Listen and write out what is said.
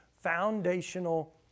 foundational